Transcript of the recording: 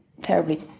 terribly